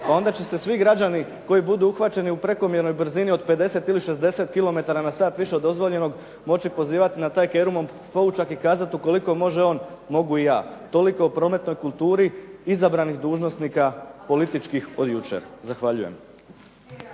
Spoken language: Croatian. onda će se svi građani koji budu uhvaćeni u prekomjernoj brzini od 50 ili 60 km/h više od dozvoljenog moći pozivati na taj "Kerumov poučak" i kazati ukoliko može on, mogu i ja. Toliko o prometnoj kulturi izabranih dužnosnika političkih od jučer. Zahvaljujem.